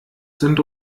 sind